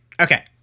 Okay